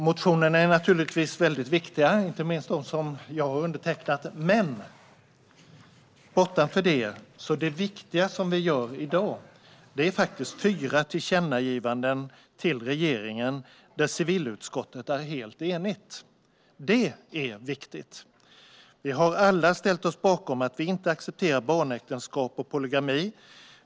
Motionerna är naturligtvis väldigt viktiga, inte minst de som jag har undertecknat, men bortom det är det viktiga vi gör i dag att rikta fyra tillkännagivanden till regeringen, där civilutskottet är helt enigt. Detta är viktigt. Vi har alla ställt oss bakom att vi inte accepterar barnäktenskap eller polygami.